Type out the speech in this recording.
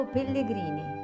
Pellegrini